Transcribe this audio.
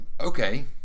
Okay